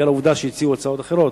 בגלל העובדה שהציעו הצעות אחרות,